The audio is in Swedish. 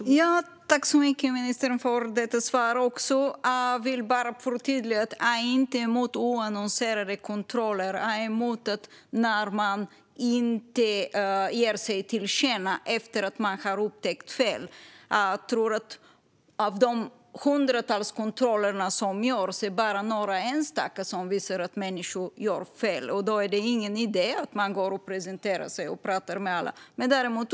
Fru talman! Tack så mycket också för detta svar, ministern! Jag vill bara förtydliga att jag inte är emot oannonserade kontroller; jag är emot att man inte ger sig till känna efter att man har upptäckt fel. Av de hundratals kontroller som görs är det bara några enstaka som visar att människor gör fel, så därför är det ingen idé att man alltid presenterar sig och pratar med alla.